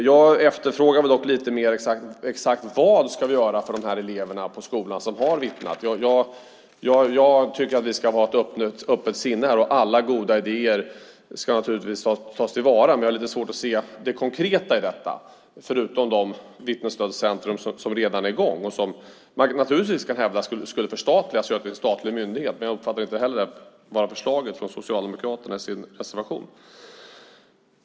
Jag efterfrågar dock lite mer exakt vad vi ska göra för de elever på skolan som har vittnat? Jag tycker att vi ska ha ett öppet sinne här. Alla goda idéer ska naturligtvis tas till vara, men jag har lite svårt att se det konkreta i detta förutom när det gäller de vittnesstödscentrum som redan är i gång. Man kan naturligtvis hävda att de skulle förstatligas och göras till en statlig myndighet, men jag uppfattar inte att det är förslaget från Socialdemokraterna i deras reservation.